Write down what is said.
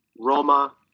Roma